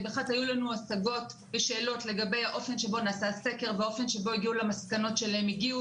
בהחלט היו לנו השגות ושאלות לגבי האופן שבו הגיעו למסקנות שאליהן הגיעו,